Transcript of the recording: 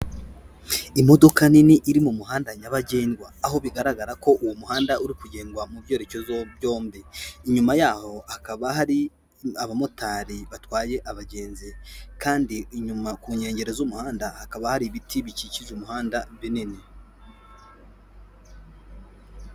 Imodoka nini iri mu muhanda nyabagendwa, aho bigaragara ko uwo muhanda uri kugendwa mu byerekezo byombi, inyuma yaho hakaba hari abamotari batwaye abagenzi kandi inyuma ku nkengero z'umuhanda hakaba hari ibiti bikikije umuhanda binini.